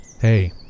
Hey